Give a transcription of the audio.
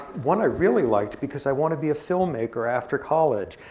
one i really liked, because i want to be a filmmaker after college.